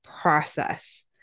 process